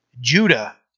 Judah